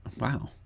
Wow